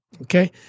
okay